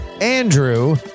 Andrew